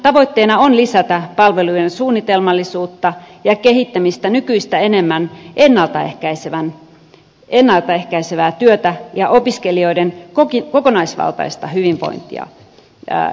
tavoitteena on lisätä palvelujen suunnitelmallisuutta ja kehittämistä nykyistä enemmän ennalta ehkäisevää työtä ja opiskelijoiden kokonaisvaltaista hyvinvointia edistämään